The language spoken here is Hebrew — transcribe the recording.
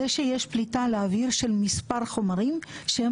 זה שיש פליטה לאוויר של מספר חומרים שהם